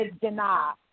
deny